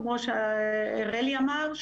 כמו שרלי אמר,